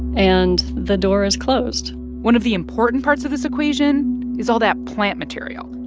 and the door is closed one of the important parts of this equation is all that plant material.